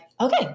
okay